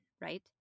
right